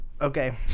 Okay